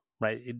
right